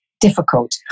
difficult